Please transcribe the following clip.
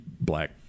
black